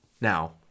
Now